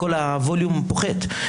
כל הווליום פוחת.